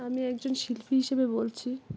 আমি একজন শিল্পী হিসেবে বলছি